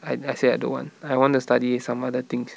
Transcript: I I say I don't want I want to study some other things